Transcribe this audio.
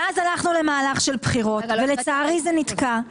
אתה יודע איזו עלייה מטורפת הייתה רק בחודשים האחרונים?